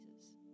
Jesus